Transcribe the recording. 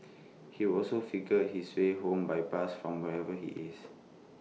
he would also figure out his way home by bus from wherever he is